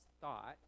thought